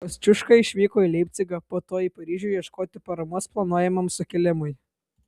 kosciuška išvyko į leipcigą po to į paryžių ieškoti paramos planuojamam sukilimui